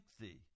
thee